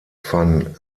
van